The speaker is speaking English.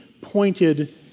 pointed